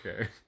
okay